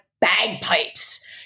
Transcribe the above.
bagpipes